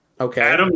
Okay